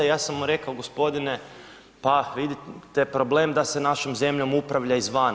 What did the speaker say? Ja sam mu rekao gospodine, pa vidite problem da se našom zemljom upravlja izvana.